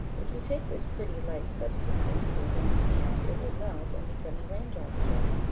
if you take this pretty light substance into your warm hand, it will melt and become a rain-drop again.